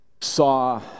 saw